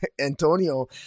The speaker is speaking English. Antonio